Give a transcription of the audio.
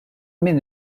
min